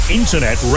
internet